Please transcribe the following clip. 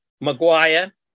Maguire